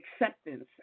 acceptance